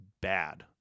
bad